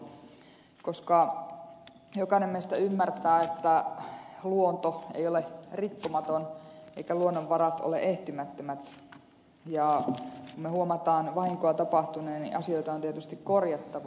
koska jokainen meistä ymmärtää että luonto ei ole rikkumaton eivätkä luonnonvarat ole ehtymättömät ja me huomaamme vahinkoa tapahtuneen niin asioita on tietysti korjattava